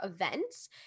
events